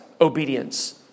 obedience